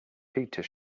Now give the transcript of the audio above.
peter